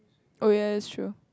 oh ya that's true